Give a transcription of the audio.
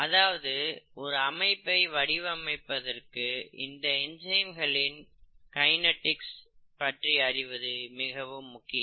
அதாவது ஒரு அமைப்பை வடிவமைப்பதற்கு இந்த என்சைம்களின் கைநெடிக்ஸ் பற்றி அறிவது மிகவும் முக்கியம்